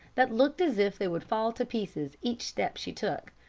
that looked as if they would fall to pieces each step she took.